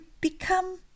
become